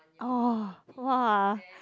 oh !wah!